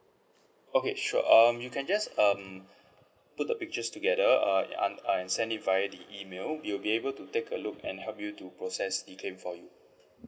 okay sure um you can just um put the pictures together uh an~ um uh and send it via the email we'll be able to take a look and help you to process the claim for you